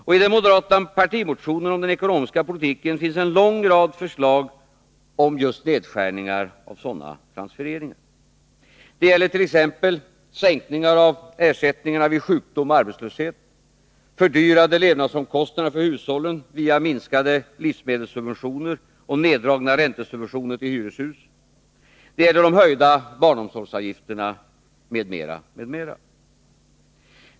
Och i den moderata partimotionen om den ekonomiska politiken finns det en lång rad förslag om just nedskärningar av sådana transfereringar. Det gäller sänkningar av ersättningarna vid sjukdom och arbetslöshet, fördyrade levnadsomkostna der för hushållen via minskade livsmedelssubventioner och neddragna räntesubventioner till hyreshus, höjda barnomsorgsavgifter och mycket mera.